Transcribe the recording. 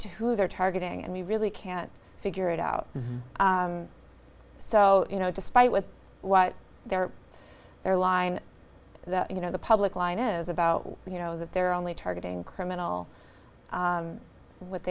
to who they're targeting and we really can't figure it out so you know despite with what their their line that you know the public line is about you know that they're only targeting criminal what